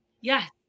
Yes